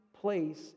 place